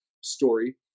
story